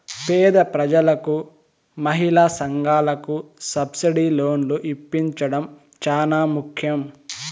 పేద ప్రజలకు మహిళా సంఘాలకు సబ్సిడీ లోన్లు ఇప్పించడం చానా ముఖ్యం